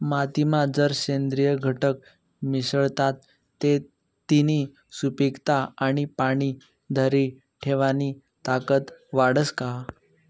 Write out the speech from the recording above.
मातीमा जर सेंद्रिय घटक मिसळतात ते तिनी सुपीकता आणि पाणी धरी ठेवानी ताकद वाढस का?